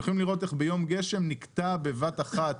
אתם יכולים לראות איך ביום גשם נקטעת בבת אחת